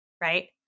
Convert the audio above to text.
right